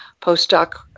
postdoc